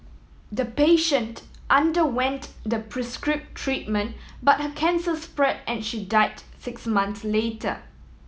the patient underwent the prescribe treatment but her cancer spread and she died six months later